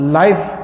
life